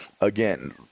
again